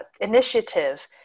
initiative